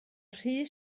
rhy